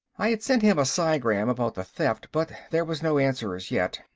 i had sent him a psigram about the theft, but there was no answer as yet.